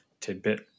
tidbit